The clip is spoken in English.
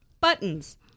Buttons